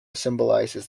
symbolizes